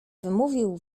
wymówił